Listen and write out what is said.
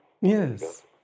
Yes